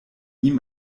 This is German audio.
ihm